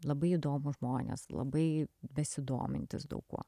labai įdomūs žmonės labai besidomintys daug kuo